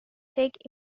take